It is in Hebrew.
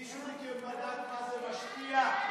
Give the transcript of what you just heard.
מישהו מכם בדק איך זה משפיע?